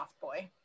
boy